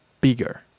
bigger